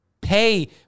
pay